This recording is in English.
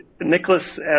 Nicholas